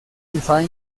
the